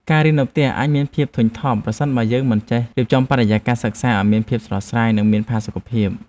ការរៀននៅផ្ទះអាចមានភាពធុញថប់ប្រសិនបើយើងមិនចេះរៀបចំបរិយាកាសសិក្សាឱ្យមានភាពស្រស់ស្រាយ និងមានផាសុកភាព។